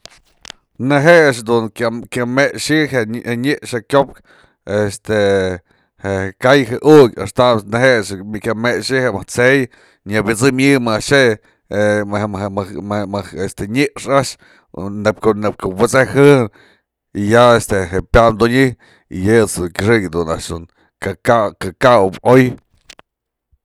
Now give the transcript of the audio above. në jë a'ax dun kya mexyë je je nyëx je kyop este je kay je ukyë ëxtamët's neje'e a'ax kya mexyë jë mëjk t'se'ey nya psëmyë a'axë jë maje maje maje maje ma je'e este nyëx a'ax nepk'o nepk'o wët'sëjë y ya este pyamdunyë y yë je'e kyëxëk dun este kë kaw kë kawëp oy.